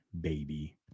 baby